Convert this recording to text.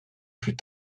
plus